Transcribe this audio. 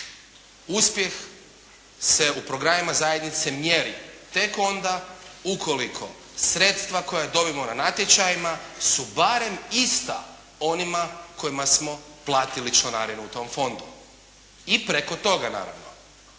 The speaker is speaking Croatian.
Uspjeh se u programima zajednice mjeri tek onda ukoliko sredstva koja dobijemo na natječajima su barem ista onima kojima smo platili članarinu u tom fondu i preko toga naravno.